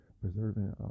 preserving